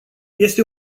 este